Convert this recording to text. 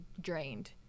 drained